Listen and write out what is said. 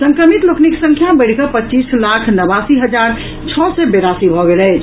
संक्रमित लोकनिक संख्या बढ़िकऽ पच्चीस लाख नवासी हजार छओ सय बेरासी भऽ गेल अछि